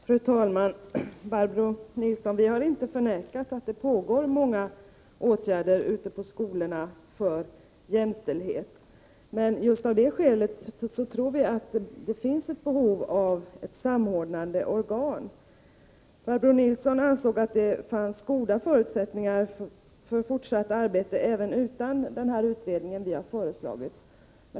Fru talman! Vi har inte förnekat, Barbro Nilsson, att det vidtas många åtgärder ute på skolorna för jämställdhet, men just av det skälet tror vi att det finns ett behov av ett samordnande organ. Barbro Nilsson ansåg att det fanns goda förutsättningar för fortsatt arbete även utan den utredning som vi har föreslagit.